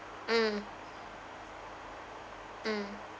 mm mm